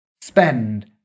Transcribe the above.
spend